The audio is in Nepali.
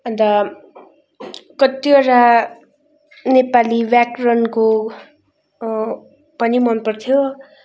अन्त कतिवटा नेपाली व्याकरणको पनि मन पर्थ्यो